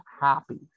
happy